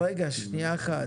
שניה אחת,